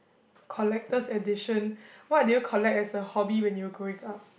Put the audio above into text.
collectors edition what did you collect as a hobby when you were growing up